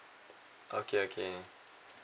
okay okay